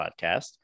podcast